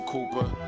Cooper